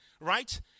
right